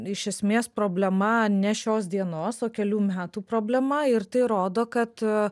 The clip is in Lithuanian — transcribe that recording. iš esmės problema ne šios dienos o kelių metų problema ir tai rodo kad